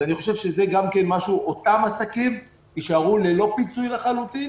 אני חושב שאותם עסקים יישארו ללא פיצוי לחלוטין.